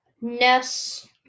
Ness